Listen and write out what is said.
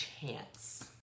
chance